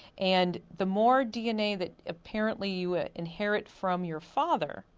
and the more dna that apparently you ah inherit from your father,